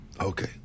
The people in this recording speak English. Okay